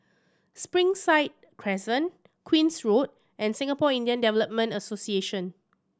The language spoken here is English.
Springside Crescent Queen's Road and Singapore Indian Development Association